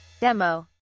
Demo